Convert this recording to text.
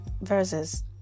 verses